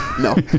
no